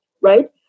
right